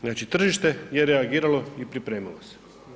Znači tržište je reagiralo i pripremilo se.